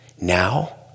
Now